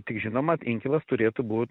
tik žinoma inkilas turėtų būt